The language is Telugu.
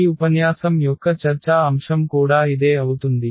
ఈ ఉపన్యాసం యొక్క చర్చా అంశం కూడా ఇదే అవుతుంది